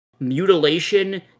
mutilation